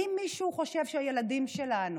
האם מישהו חושב שהילדים שלנו,